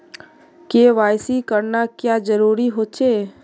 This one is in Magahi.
के.वाई.सी करना क्याँ जरुरी होचे?